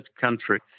country